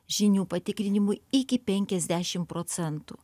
žinių patikrinimui iki penkiasdešimt procentų